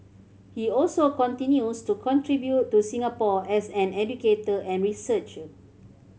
he also continues to contribute to Singapore as an educator and researcher